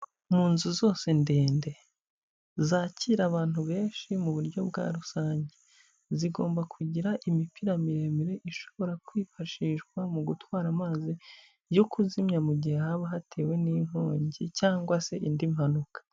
Mu nzu zose ndende zakira abantu benshi mu buryo bwa rusange, zigomba kugira imipira miremire ishobora kwifashishwa mu gutwara amazi yo kuzimya, mu gihe haba hatewe n'inkongi cyangwa se indi mpanuka.